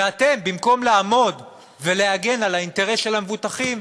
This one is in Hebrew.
ואתם, במקום לעמוד ולהגן על האינטרס של המבוטחים,